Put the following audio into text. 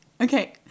Okay